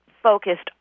focused